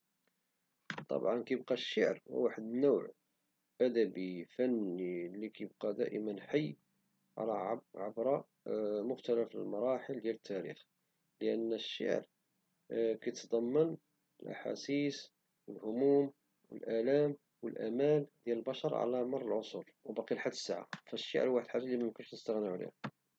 طبعا مكيبقاش شعر هو واحد النوع بدئي فني كيبقا دائما حي عبر مختلف المراحل ديال التاريخ لأن الشعر كيتضمن احاسيس او الهموم او الالام او الامان ديال البشر على مر العصور او باقي لحد الساعة فالشعر فالشعر هو واحد الحاجة اللي ميمكونش نستغنيو عليها